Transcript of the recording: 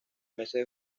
meses